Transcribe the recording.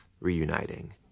reuniting